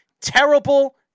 terrible